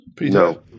No